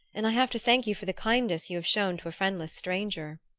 and i have to thank you for the kindness you have shown to a friendless stranger.